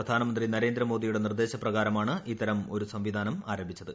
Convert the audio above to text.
പ്രധാനമന്ത്രി നരേന്ദ്രമോദിയുട്ടെ നിർദ്ദേശപ്രകാരമാണ് ഇത്തരം ഒരു സംവിധാനം ആരംഭിച്ചത്